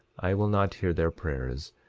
i will not hear their prayers,